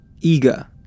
Eager